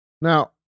Now